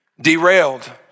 derailed